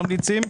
ככה ממליצים.